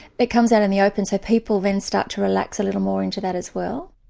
it comes out in the open so people then start to relax a little more into that as well.